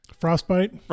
Frostbite